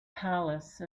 palace